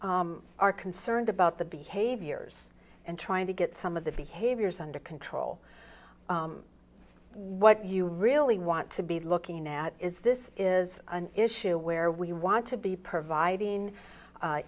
are concerned about the behaviors and trying to get some of the behaviors under control what you really want to be looking at is this is an issue where we want to be providing